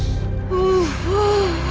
oooh ooooohhh!